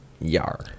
Yar